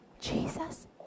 Jesus